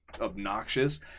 obnoxious